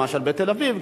למשל בתל-אביב,